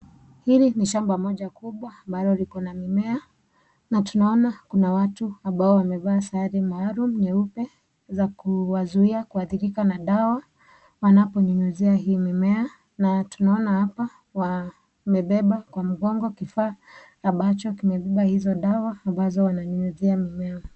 Hili ni shamba moja kubwa ambalo liko na mimea na tunaona kuna watu ambao wamevaa sare maalum nyeupe za kuwazuia kuathirika na dawa wanaponyunyizia hii mimea na tunaona hapa wamebeba kwa mgongo kifaa ambacho kimebeba hizo dawa ambazo wananyunyizia mimea.